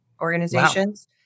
organizations